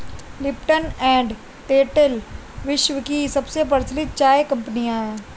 Lipton and Tetley विश्व की सबसे प्रचलित चाय कंपनियां है